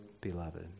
Beloved